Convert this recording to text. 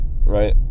right